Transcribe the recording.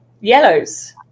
yellows